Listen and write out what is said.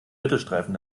mittelstreifen